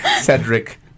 Cedric